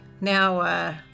now